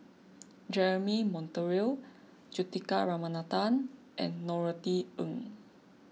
Jeremy Monteiro Juthika Ramanathan and Norothy Ng